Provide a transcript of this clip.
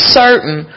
certain